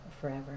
Forever